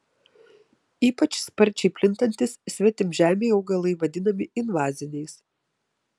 ypač sparčiai plintantys svetimžemiai augalai vadinami invaziniais